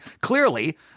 Clearly